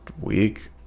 week